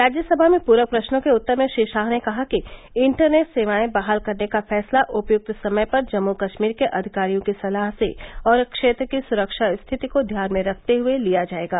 राज्यसभा में पूरक प्रश्नों के उत्तर में श्री शाह ने कहा कि इंटरनेट सेवाएं बहाल करने का फैसला उपयुक्त समय पर जम्मू कश्मीर के अधिकारियों की सलाह से और क्षेत्र की सुरक्षा स्थिति को ध्यान में रखते हुए लिया जाएगा